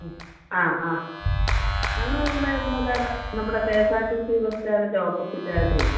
മ്മ് ആ ആ ഞങ്ങൾ ഇവിടെ ഇവിടെ ദേണ്ടേ നമ്മുടെ K S R T C bus സ്റ്റാൻറ്റിൻ്റെ ഓപ്പസിറ്റായിട്ട് വരും